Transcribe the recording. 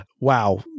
Wow